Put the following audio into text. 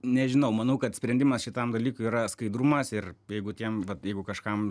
nežinau manau kad sprendimas šitam dalykui yra skaidrumas ir jeigu tiem vat jeigu kažkam